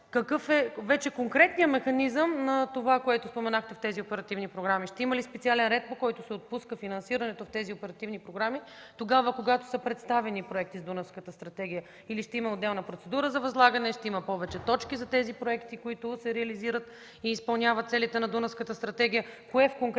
какъв е вече конкретният механизъм на това, което споменахте в тези оперативни програми? Ще има ли специален ред, по който се отпуска финансирането по тези оперативни програми тогава, когато са представени проекти по Дунавската стратегия или ще има отделна процедура за възлагане, ще има повече точки за тези проекти, които се реализират и изпълняват целите на Дунавската стратегия?